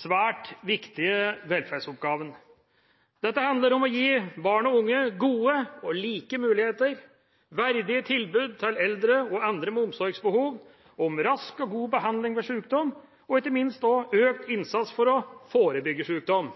svært viktige velferdsoppgavene. Dette handler om å gi barn og unge gode og like muligheter, verdige tilbud til eldre og andre med omsorgsbehov, rask og god behandling ved sykdom og ikke minst også økt innsats for å forebygge sykdom.